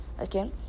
Okay